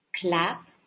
clap